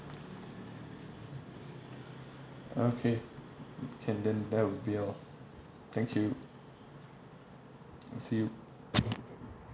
okay can then that would be all thank you see you